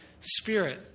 Spirit